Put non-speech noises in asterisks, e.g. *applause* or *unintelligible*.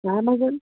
*unintelligible*